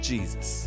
Jesus